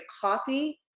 coffee